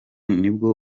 nibwo